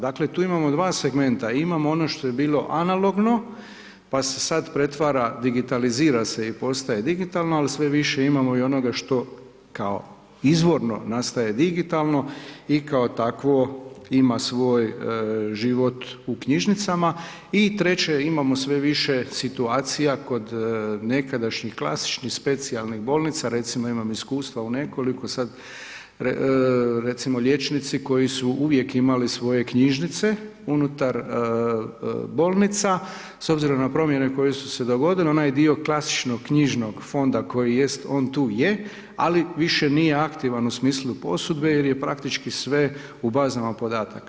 Dakle tu imamo 2 segmenta, imamo ono što je bilo analogno, pa se sada pretvara, digitalizira se i postaje digitalno, ali sve više imamo i onog što, kao izvorno nastaje digitalno i kao takvo ima svoj život u knjižnicama i treće, imamo sve više situacija kod nekadašnjih klasičnih specijlnih bolnica recimo, ja imam iskustva u nekoliko, sad recimo liječnici koji su uvijek imali svoje knjižnice, unutar bolnica, s obzirom na promjene koje su se dogodile, onaj dio klasičnog knjižnog fonda koji jest, on tu je, ali više nije aktivan u smislu posudbe, jer je praktički sve u bazama podataka.